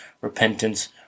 repentance